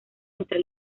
entre